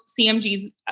CMG's